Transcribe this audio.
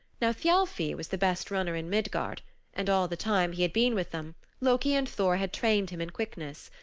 now thialfi was the best runner in midgard and all the time he had been with them loki and thor had trained him in quickness.